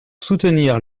soutenir